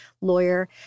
lawyer